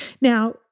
Now